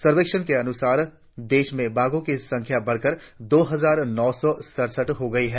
सर्वेक्षण के अनुसार देश में बाघों की संख्या बढ़कर दो हजार नौ सौ सड़सठ हो गई है